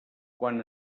quan